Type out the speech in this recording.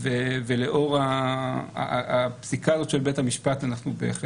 לאור הפסיקה הזאת של בית המשפט אנחנו בהחלט